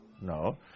No